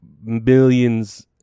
millions